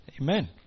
Amen